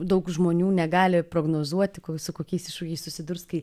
daug žmonių negali prognozuoti su kokiais iššūkiais susidurs kai